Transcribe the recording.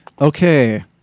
okay